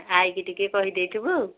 ଆଈ କି ଟିକେ କହିଦେଇଥିବୁ